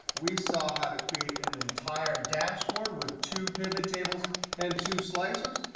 we saw how to create an entire dashboard with two pivottables and two slicers.